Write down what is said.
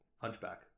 Hunchback